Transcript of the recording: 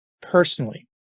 personally